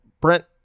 Brent